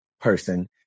person